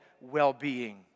well-being